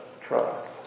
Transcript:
trust